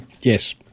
yes